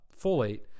folate